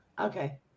Okay